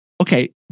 Okay